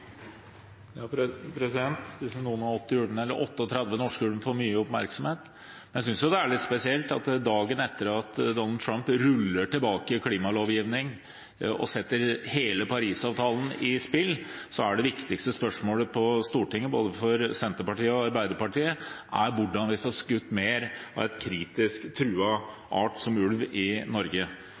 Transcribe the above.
noen og åtti ulvene, eller 38 norske ulvene, får mye oppmerksomhet. Jeg synes det er litt spesielt at dagen etter at Donald Trump ruller tilbake klimalovgivning og setter hele Parisavtalen i spill, er det viktigste spørsmålet på Stortinget for både Senterpartiet og Arbeiderpartiet hvordan vi får skutt mer av en kritisk truet art som ulv i Norge.